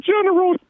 General